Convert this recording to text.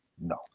no